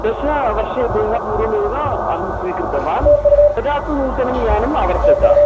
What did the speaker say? दशावर्षेभ्यः पूर्वमेव अहं स्वीकृतवान् तदा तु नूतनं यानम् अवर्तत